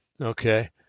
okay